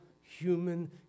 human